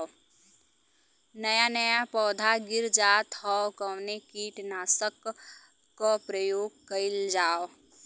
नया नया पौधा गिर जात हव कवने कीट नाशक क प्रयोग कइल जाव?